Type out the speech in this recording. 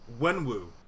Wenwu